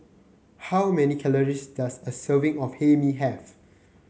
how many calories does a serving of Hae Mee have